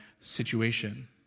situation